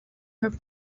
her